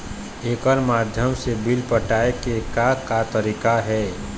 एकर माध्यम से बिल पटाए के का का तरीका हे?